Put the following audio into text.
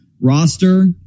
roster